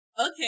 okay